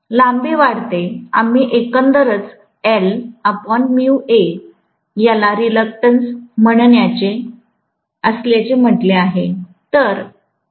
लांबी वाढते आम्ही एकंदरच याला रिलक्टंस असल्याचे म्हटले आहे